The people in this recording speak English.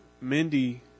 Mindy